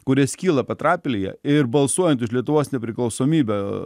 kurie skyla petrapilyje ir balsuojant už lietuvos nepriklausomybę